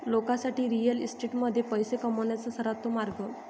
लोकांसाठी रिअल इस्टेटमध्ये पैसे कमवण्याचा सर्वोत्तम मार्ग